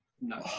no